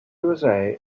usa